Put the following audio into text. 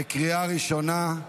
בקריאה ראשונה.